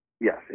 Yes